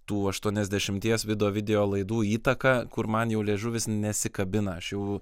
tų aštuoniasdešimties vido video laidų įtaką kur man jau liežuvis nesikabina aš jau